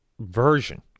version